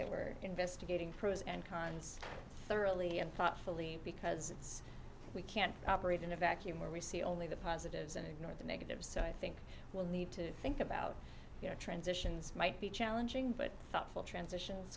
that we're investigating pros and cons thoroughly and thoughtfully because it's we can't operate in a vacuum where we see only the positives and ignore the negative so i think we'll need to think about transitions might be challenging but thoughtful transitions